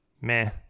meh